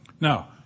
Now